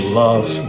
love